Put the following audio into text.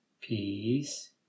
peace